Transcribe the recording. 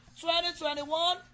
2021